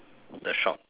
the shop